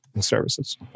services